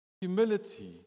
humility